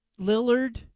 Lillard